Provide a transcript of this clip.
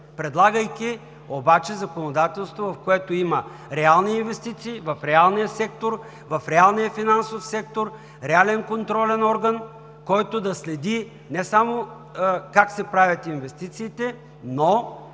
предлагайки обаче законодателство, в което има реални инвестиции в реалния финансов сектор, реален контролен орган, който да следи не само как се правят инвестициите, но